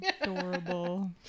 adorable